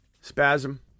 Spasm